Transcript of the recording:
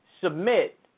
submit